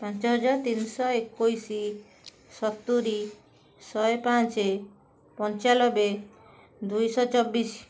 ପାଞ୍ଚହଜାର ତିନିଶହ ଏକୋଇଶି ସତୁରୀ ଶହେପାଞ୍ଚେ ପଞ୍ଚାଲବେ ଦୁଇଶଚବିଶି